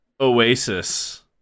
Oasis